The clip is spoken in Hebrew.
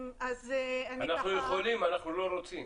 אנחנו יכולים, אנחנו לא רוצים.